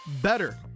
better